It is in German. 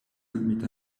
mit